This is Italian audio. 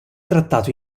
trattato